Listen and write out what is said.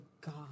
God